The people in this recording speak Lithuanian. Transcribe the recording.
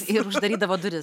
ir uždarydavo duris